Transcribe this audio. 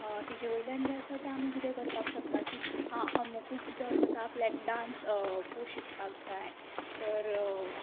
तेजे वयल्यान जे आसा तें आमी कितें करपाक शकता की आ अमुकूच जो आसा तो आपल्याक डान्स शिकपाक जाय